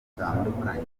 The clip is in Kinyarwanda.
bitandukanye